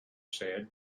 said